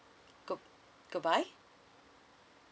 good goodbye